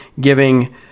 giving